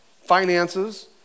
finances